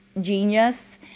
genius